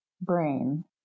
brain